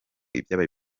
ibyabaye